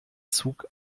zug